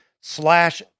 slash